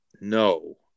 no